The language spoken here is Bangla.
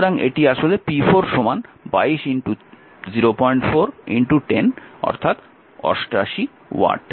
সুতরাং এটি আসলে p4 22 04 10 88 ওয়াট